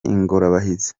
ingorabahizi